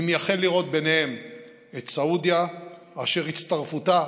אני מייחל לראות ביניהן את סעודיה, אשר הצטרפותה